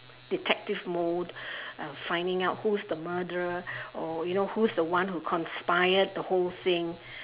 detective mode uh finding out who's the murderer or you know who's the one who conspired the whole thing